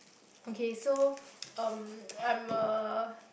okay so um I'm a